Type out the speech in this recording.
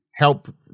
Help